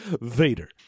Vader